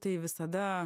tai visada